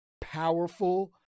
powerful